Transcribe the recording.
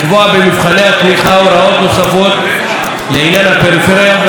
התמיכה הוראות נוספות לעניין הפריפריה והלקטורים.